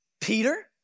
Peter